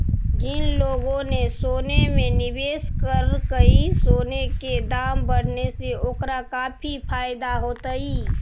जिन लोगों ने सोने में निवेश करकई, सोने के दाम बढ़ने से ओकरा काफी फायदा होतई